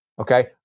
okay